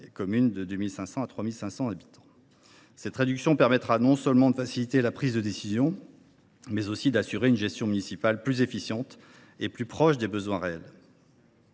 villes de 2 500 à 3 499 habitants. Cette réduction permettra non seulement de faciliter la prise de décision, mais aussi d’assurer une gestion municipale plus efficiente et plus proche des besoins réels.